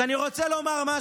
מה אתה, אז אני רוצה לומר משהו.